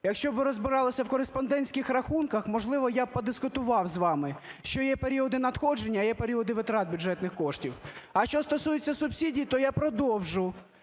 Якщо б ви розбиралися в кореспондентських рахунках, можливо, я б подискутував з вами, що є періоди надходження, а є періоди витрат бюджетних коштів. А що стосується субсидій, то я продовжу.